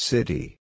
City